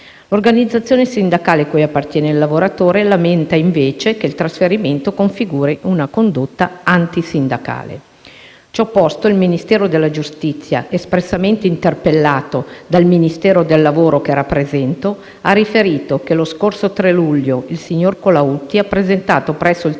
L'organizzazione sindacale cui appartiene il lavoratore lamenta, invece, che il trasferimento configuri una condotta antisindacale. Ciò posto, il Ministero della giustizia - espressamente interpellato dal Ministero del lavoro che rappresento - ha riferito che, lo scorso 3 luglio, il signor Colautti ha presentato, presso il